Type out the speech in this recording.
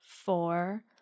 four